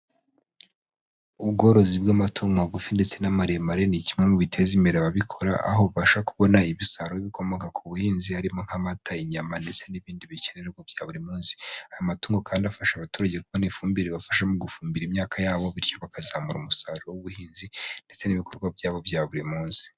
Ubworozi bw'amatungo magufi ndetse n'amaremare ni kimwe mu biteza imbere ababikora, aho ubasha kubona imisaruro y'ibikomoka ku buhinzi harimo nk'amata, inyama ndetse n'ibindi bikenerwa bya buri munsi. Aya matungo kandi afasha abaturage kubona ifumbire ibafasha mu gufumbira imyaka yabo, bityo bakazamura umusaruro w'ubuhinzi ndetse n'ibikorwa byabo bya buri munsi.